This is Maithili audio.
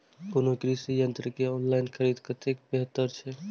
कोनो कृषि यंत्र के ऑनलाइन खरीद कतेक बेहतर छै?